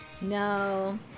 No